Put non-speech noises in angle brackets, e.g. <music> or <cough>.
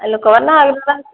ଲୋକମାନେ <unintelligible>